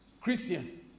Christian